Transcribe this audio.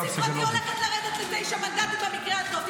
שמדו-ספרתי הולכת לרדת לתשעה מנדטים במקרה הטוב.